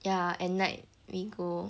ya at night we go